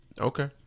Okay